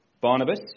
Barnabas